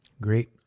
great